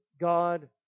God